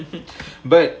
but